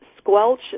squelch